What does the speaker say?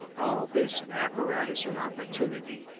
all this apparatus and opportunity,